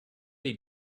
they